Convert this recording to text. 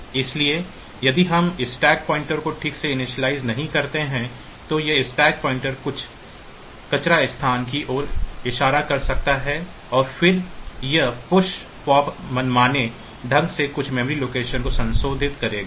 इसलिए यदि हम स्टैक पॉइंटर को ठीक से इनिशियलाइज़ नहीं करते हैं तो यह स्टैक पॉइंटर कुछ कचरा स्थान की ओर इशारा कर सकता है और फिर यह पुश पॉप मनमाने ढंग से कुछ मेमोरी लोकेशन को संशोधित करेगा